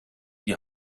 die